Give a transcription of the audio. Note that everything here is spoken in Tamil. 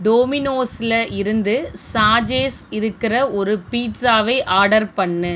டோமினோஸில் இருந்து ஸாஜேஸ் இருக்கிற ஒரு பீட்சாவை ஆர்டர் பண்ணு